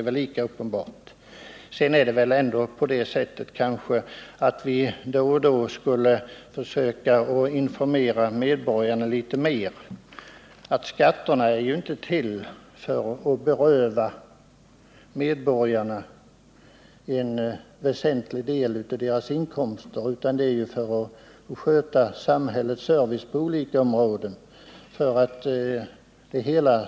Vi borde, tror jag, då och då försöka att informera medborgarna litet mer om att skatterna inte är till för att beröva människorna en väsentlig del av deras inkomster utan för att sköta samhällets service på olika områden.